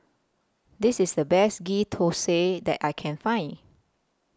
This IS The Best Ghee Thosai that I Can Find